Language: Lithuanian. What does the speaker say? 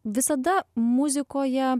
visada muzikoje